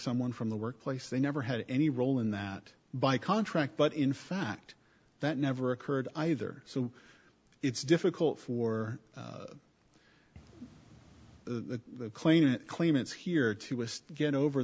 someone from the workplace they never had any role in that by contract but in fact that never occurred either so it's difficult for the claimant claimants here to get over